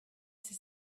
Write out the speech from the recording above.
she